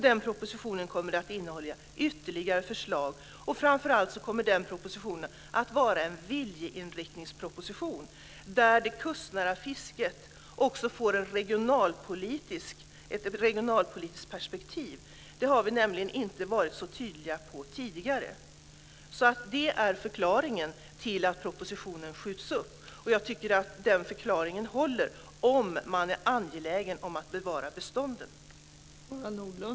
Den propositionen kommer att innehålla ytterligare förslag. Framför allt kommer den att vara en viljeinriktningsproposition, där det kustnära fisket också får ett regionalpolitiskt perspektiv. Det har vi nämligen inte varit så tydliga med tidigare. Det är förklaringen till att propositionen skjuts upp. Jag tycker att den förklaringen håller om man är angelägen om att bevara bestånden.